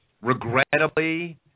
regrettably